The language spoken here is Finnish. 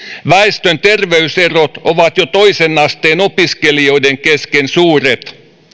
väestön terveyserot ovat jo toisen asteen opiskelijoiden kesken suuret